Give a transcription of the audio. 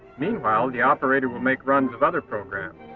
meanwhile, the operator will make runs of other programs,